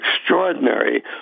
extraordinary